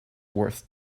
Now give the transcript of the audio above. worth